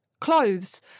clothes